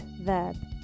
verb